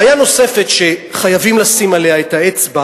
בעיה נוספת שחייבים לשים עליה את האצבע